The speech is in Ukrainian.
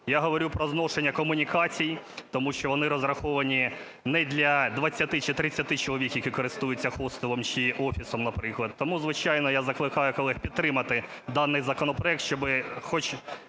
я говорю про зношення комунікацій, тому що вони розраховані не для 20 чи 30 чоловік, які користуються хостелом чи офісом, наприклад. Тому, звичайно, я закликаю колег підтримати даний законопроект, щоб хоч